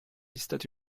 stati